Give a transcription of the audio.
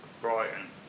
Brighton